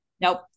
Nope